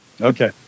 Okay